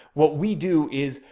what we do is.